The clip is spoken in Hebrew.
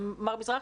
מר מזרחי,